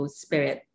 spirit